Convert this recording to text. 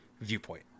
viewpoint